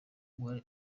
ubu